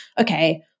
okay